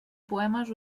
poemes